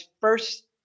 first